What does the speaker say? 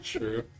True